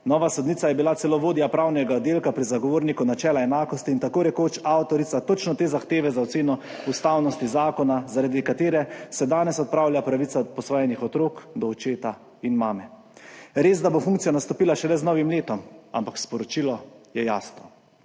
Nova sodnica je bila celo vodja pravnega oddelka pri zagovorniku načela enakosti in tako rekoč avtorica točno te zahteve za oceno ustavnosti zakona, zaradi katere se danes odpravlja pravica posvojenih otrok do očeta in mame. Res, da bo funkcija nastopila šele z novim letom, ampak sporočilo je jasno.